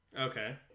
Okay